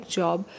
job